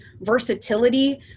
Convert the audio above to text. versatility